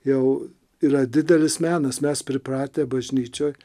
jau yra didelis menas mes pripratę bažnyčioj